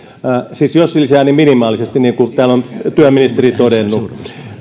tai jos lisää niin minimaalisesti niin kuin täällä on työministeri todennut